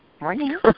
Morning